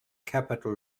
capital